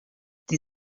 die